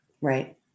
Right